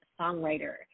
songwriter